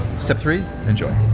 step three, enjoy.